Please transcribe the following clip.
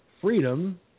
Freedom